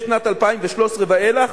משנת 2013 ואילך,